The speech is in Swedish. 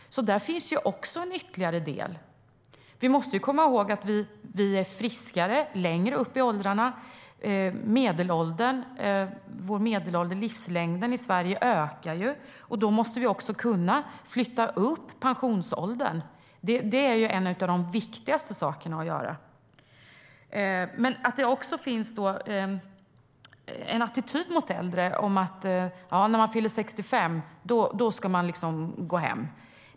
Där finns alltså en ytterligare del. Vi måste komma ihåg att vi är friskare längre upp i åldrarna. Medellivslängden i Sverige ökar. Då måste vi också kunna höja pensionsåldern. Det är en av de viktigaste sakerna att göra. Det finns också en sådan attityd mot äldre att när man fyller 65 år ska man gå hem.